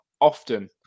often